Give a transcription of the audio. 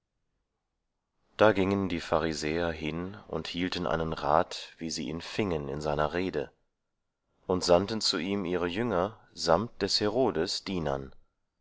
da gingen die pharisäer hin und hielten einen rat wie sie ihn fingen in seiner rede und sandten zu ihm ihre jünger samt des herodes dienern